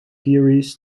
theories